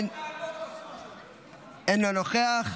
אינו נוכח,